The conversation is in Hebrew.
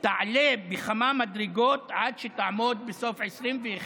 תעלה בכמה מדרגות עד שתעמוד בסוף 2021,